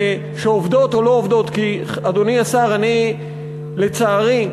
שעובדות או לא עובדות, כי, אדוני השר, אני, לצערי,